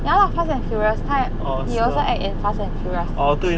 ya lah fast and furious 他也 he also act in fast and furious